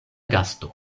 gasto